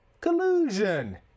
collusion